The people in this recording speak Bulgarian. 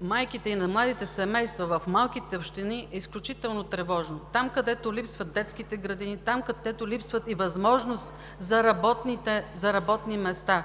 майките и на младите семейства в малките общини е изключително тревожно – там, където липсват детските градини, където липсва възможност за работни места.